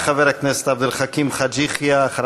חבר הכנסת עבד אל חכים חאג' יחיא, בבקשה, אדוני.